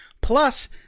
Plus